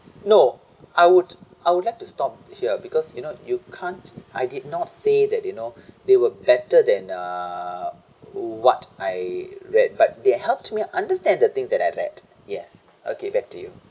no I would I would like to stop here because you know you can't I did not say that you know they were better than uh what I read but they helped me understand the things that I read yes okay back to you